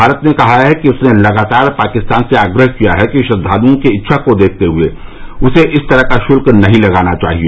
भारत ने कहा है कि उसने लगातार पाकिस्तान से आग्रह किया है कि श्रद्वालुओं की इच्छा को देखते हुए उसे इस तरह का शुल्क नहीं लगाना चाहिए